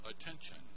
attention